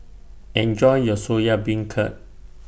Enjoy your Soya Beancurd